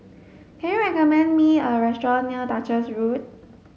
can you recommend me a restaurant near Duchess Road